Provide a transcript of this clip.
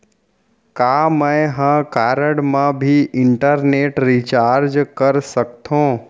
का मैं ह कारड मा भी इंटरनेट रिचार्ज कर सकथो